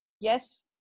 Yes